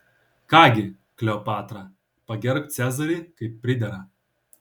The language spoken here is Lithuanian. ką gi kleopatra pagerbk cezarį kaip pridera